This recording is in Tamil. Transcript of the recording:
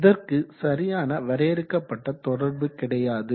இதற்கு சரியான வரையறுக்கப்பட்ட தொடர்பு கிடையாது